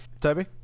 Toby